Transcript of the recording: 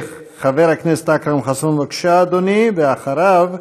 חבר הכנסת אכרם חסון, בבקשה, אדוני, ואחריו,